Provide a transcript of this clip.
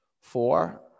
four